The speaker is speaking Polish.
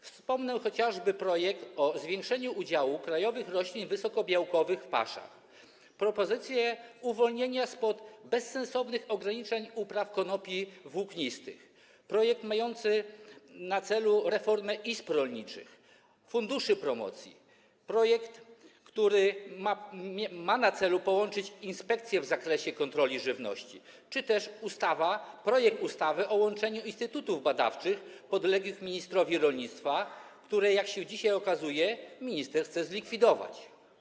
Wymienię chociażby projekt o zwiększeniu udziału krajowych roślin wysokobiałkowych w paszach, propozycję uwolnienia spod bezsensownych ograniczeń upraw konopi włóknistych, projekt mający na celu reformę izb rolniczych, funduszy promocji, projekt, który ma na celu połączenie inspekcji w zakresie kontroli żywności czy też projekt ustawy o łączeniu instytutów badawczych podległych ministrowi rolnictwa, które, jak się dzisiaj okazuje, minister chce zlikwidować.